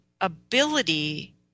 ability